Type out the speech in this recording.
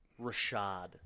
Rashad